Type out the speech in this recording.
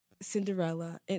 cinderella